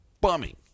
bumming